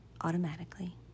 automatically